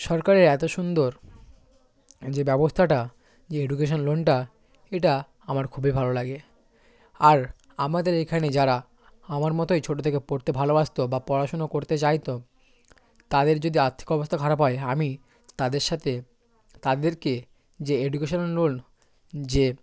সরকারের এত সুন্দর যে ব্যবস্থাটা যে এডুকেশন লোনটা এটা আমার খুবই ভালো লাগে আর আমাদের এখানে যারা আমার মতই ছোটো থেকে পড়তে ভালোবাসতো বা পড়াশুনো করতে চাইতো তাদের যদি আর্থিক অবস্থা খারাপ হয় আমি তাদের সাথে তাদেরকে যে এডুকেশনাল লোন যে